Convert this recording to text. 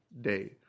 Day